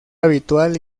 habitual